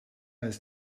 ist